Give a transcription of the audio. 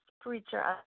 preacher